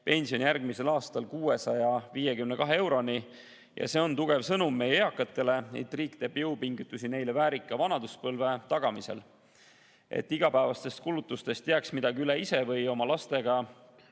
pension järgmisel aastal 652 euroni ja see on tugev sõnum meie eakatele, et riik teeb jõupingutusi neile väärika vanaduspõlve tagamiseks, et igapäevastest kulutustest jääks [raha] üle, et [midagi]